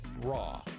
raw